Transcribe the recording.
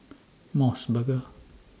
Mos Burger